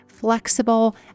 flexible